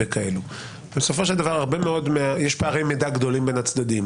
יש פערי מידע גדולים בין הצדדים,